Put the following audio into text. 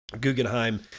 Guggenheim